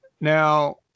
Now